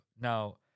now